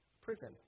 prison